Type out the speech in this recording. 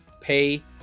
pay